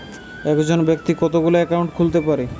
একজন ব্যাক্তি কতগুলো অ্যাকাউন্ট খুলতে পারে?